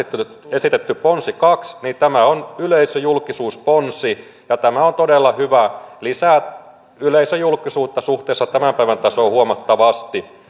esitetty ponsi kaksi on yleisöjulkisuusponsi ja tämä on todella hyvä lisää yleisöjulkisuutta suhteessa tämän päivän tasoon huomattavasti